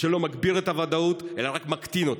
שלא מגביר את הוודאות אלא רק מקטין אותה,